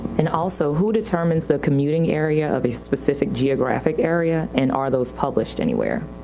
and also, who determines the commuting area of a specific geographic area? and are those published anywhere?